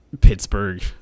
pittsburgh